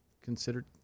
considered